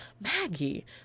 Maggie